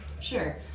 Sure